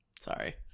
Sorry